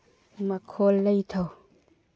ꯃꯈꯣꯟ ꯂꯩꯊꯧ